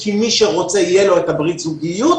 כי מי שרוצה יהיה לו את ברית הזוגיות,